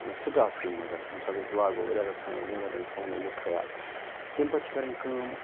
سٹاٹسے مَنٛز ییٚمہِ ساتہٕ أسۍ لاگو ریٚتَس کھَنڈَس دوٚن ریٚتَن تھاوُن اَمیُک خَیال تَمہِ پَتہٕ چھِ کَرٕنۍ کٲم